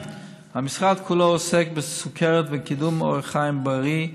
המשרד כולו עוסק בסוכרת ובקידום אורח חיים בריא,